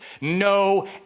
no